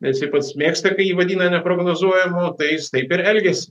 jisai pats mėgsta kai jį vadina neprognozuojamu tai jis taip ir elgias